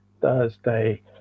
Thursday